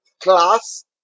class